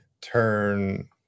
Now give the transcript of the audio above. turn